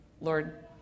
Lord